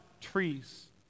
trees